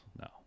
no